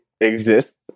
exists